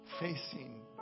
facing